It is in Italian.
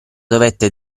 dovette